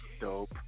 Dope